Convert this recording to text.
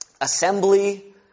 assembly